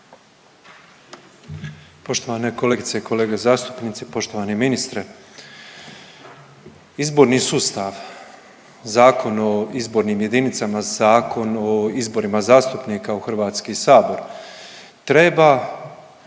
Poštovane kolegice i kolege zastupnici, poštovani ministre. Izborni sustav, Zakon o izbornim jedinicama, Zakon o izborima zastupnika u HS treba